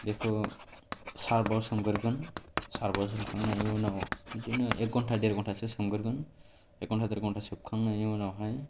बेखौ सार्फाव सोमग्रोगोन सार्फाव सोमखांनायनि उनाव बिदिनो एक घंटा देर घंटा से सोमग्रोगोन एक घंटा देर घंटा सोमखांनायनि उनावहाय